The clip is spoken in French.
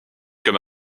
comme